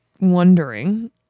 wondering